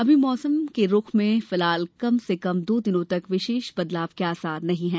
अभी मौसम के रुख में फिलहाल कम से कम दो दिनों तक विशेष बदलाव के आसार नही है